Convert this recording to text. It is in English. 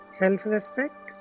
self-respect